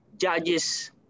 Judges